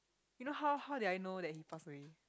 you know how how did I know that he passed away